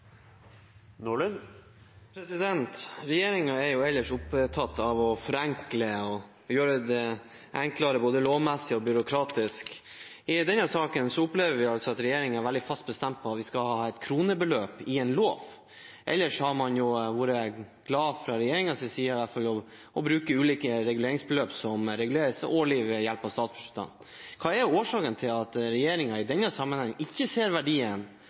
ellers opptatt av å forenkle, å gjøre det enklere både lovmessig og byråkratisk. I denne saken opplever vi at regjeringen er veldig fast bestemt på at vi skal ha et kronebeløp i en lov. Ellers har man fra regjeringens side vært glad for å kunne bruke ulike reguleringsbeløp, som reguleres årlig ved hjelp av statsbudsjettene. Hva er årsaken til at regjeringen i denne sammenheng ikke ser verdien